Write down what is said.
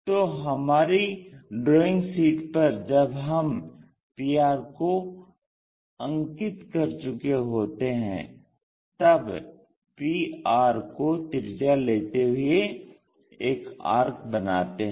तो हमारी drawing sheet पर जब हम pr को अंकित कर चुके होते हैं तब pr को त्रिज्या लेते हुए एक आर्क बनाते हैं